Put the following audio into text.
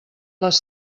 les